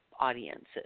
audiences